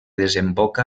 desemboca